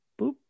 Boop